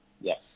Yes